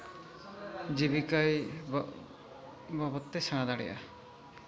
ᱡᱤᱵᱤᱠᱟ ᱵᱟᱵᱚᱫ ᱛᱮᱭ ᱥᱮᱬᱟ ᱫᱟᱲᱮᱭᱟᱜᱼᱟ